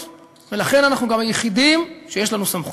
ולכן אנחנו גם היחידים שיש לנו סמכות.